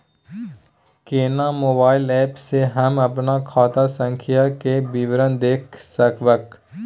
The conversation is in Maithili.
केना मोबाइल एप से हम अपन खाता संख्या के विवरण देख सकब?